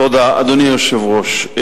תודה, אדוני היושב-ראש.